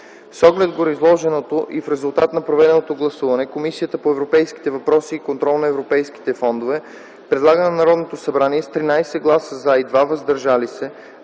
С оглед на гореизложеното и в резултат на проведеното гласуване Комисията по европейските въпроси и контрол на европейските фондове предлага на Народното събрание с 13 гласа „за”, без